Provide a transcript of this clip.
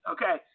Okay